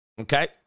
Okay